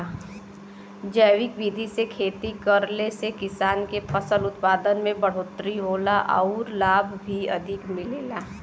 जैविक विधि से खेती करले से किसान के फसल उत्पादन में बढ़ोतरी होला आउर लाभ भी अधिक मिलेला